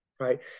Right